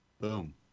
boom